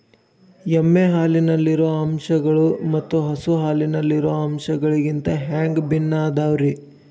ಎಮ್ಮೆ ಹಾಲಿನಲ್ಲಿರೋ ಅಂಶಗಳು ಮತ್ತ ಹಸು ಹಾಲಿನಲ್ಲಿರೋ ಅಂಶಗಳಿಗಿಂತ ಹ್ಯಾಂಗ ಭಿನ್ನ ಅದಾವ್ರಿ?